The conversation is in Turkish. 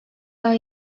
daha